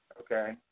okay